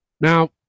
Now